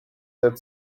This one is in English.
third